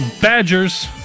Badgers